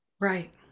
Right